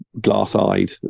glass-eyed